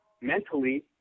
mentally